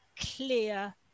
clear